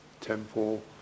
temple